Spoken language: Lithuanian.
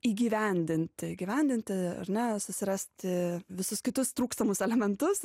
įgyvendinti įgyvendinti ar ne susirasti visus kitus trūkstamus elementus